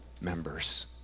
members